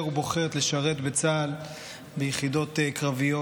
ובוחרת לשרת בצה"ל ביחידות קרביות: